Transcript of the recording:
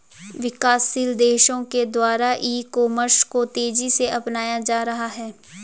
विकासशील देशों के द्वारा ई कॉमर्स को तेज़ी से अपनाया जा रहा है